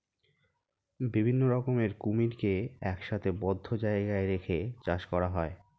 বিভিন্ন রকমের কুমিরকে একসাথে বদ্ধ জায়গায় রেখে চাষ করা হয়